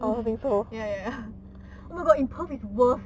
ya ya ya oh my god in perth is worse